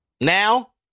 Now